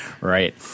Right